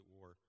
war